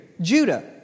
Judah